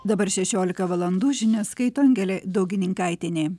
dabar šešiolika valandų žinias skaito angelė daugininkaitienė